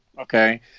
okay